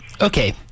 okay